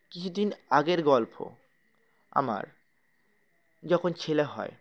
কিছুদিন আগের গল্প আমার যখন ছেলে হয়